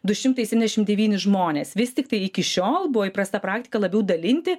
du šimtai septyniasdešim devyni žmonės vis tiktai iki šiol buvo įprasta praktika labiau dalinti